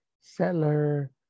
settler